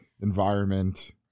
environment